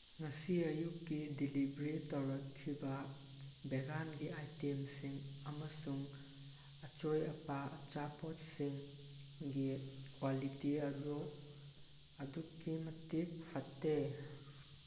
ꯉꯁꯤ ꯑꯌꯨꯛꯀꯤ ꯗꯤꯂꯤꯚ꯭ꯔꯤ ꯇꯧꯔꯛꯈꯤꯕ ꯚꯦꯒꯥꯟꯒꯤ ꯑꯥꯏꯇꯦꯝꯁꯤꯡ ꯑꯃꯁꯨꯡ ꯑꯆꯣꯏ ꯑꯄꯥ ꯑꯆꯥꯄꯣꯠꯁꯤꯡꯒꯤ ꯀ꯭ꯋꯥꯂꯤꯇꯤ ꯑꯗꯨ ꯑꯗꯨꯛꯀꯤ ꯃꯇꯤꯛ ꯐꯠꯇꯦ